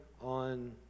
on